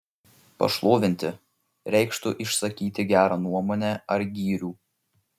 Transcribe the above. pašlovinti reikštų išsakyti gerą nuomonę ar gyrių